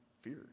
fear